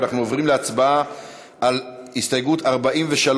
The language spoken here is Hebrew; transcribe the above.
ואנחנו עוברים להצבעה על הסתייגות 43,